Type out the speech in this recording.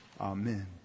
Amen